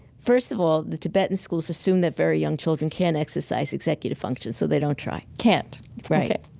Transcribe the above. first of all, the tibetan schools assume that very young children can't exercise executive function so they don't try can't right okay